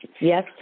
Yes